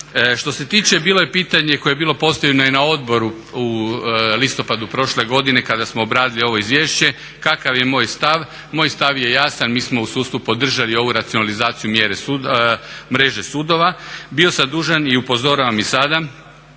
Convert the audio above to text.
Što se tiče, bilo je pitanje koje je bilo postavljeno i na odboru u listopadu prošle godine kada smo obradili ovo izvješće, kakav je moj stav. Moj stav je jasan, mi smo u sudstvu podržali ovu racionalizaciju mreže sudova. Bio sam dužan i upozoravam i sada